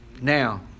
Now